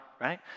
right